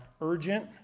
urgent